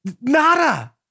Nada